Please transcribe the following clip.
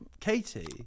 Katie